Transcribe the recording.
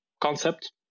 concept